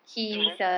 a'ah